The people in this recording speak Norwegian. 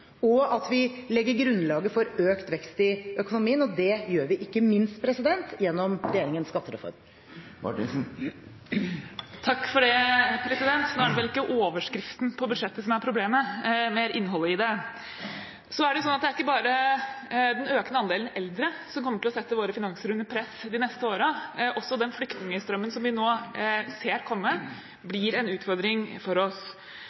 og slik at vi kan legge grunnlaget for økt vekst i økonomien. Det gjør vi ikke minst gjennom regjeringens skattereformer. Nå er det vel ikke overskriften på budsjettet som er problemet, det er mer innholdet i det. Det er ikke bare den økende andelen eldre som kommer til å sette våre finanser under press de neste årene, men også den flyktningstrømmen som vi nå ser komme, blir en utfordring for oss.